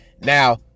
Now